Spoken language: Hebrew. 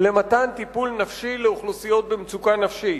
למתן טיפול נפשי לאוכלוסיות במצוקה נפשית.